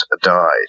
died